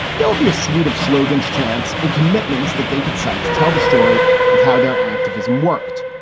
there will be a suite of slogans, chants and commitments that they could cite to tell the story of how their activism worked.